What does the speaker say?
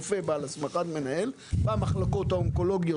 רופא בעל הסמכת מנהל במחלקות האונקולוגיות,